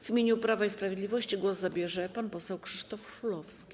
W imieniu Prawa i Sprawiedliwości głos zabierze pan poseł Krzysztof Szulowski.